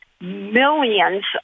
millions